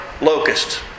locusts